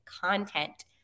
content